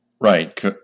Right